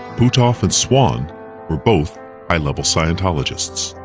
puthoff and swann were both high level scientologists.